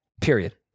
period